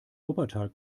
wuppertal